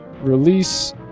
release